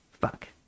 fuck